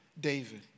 David